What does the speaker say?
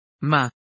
Ma